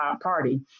party